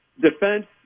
Defense